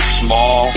small